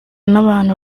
n’abantu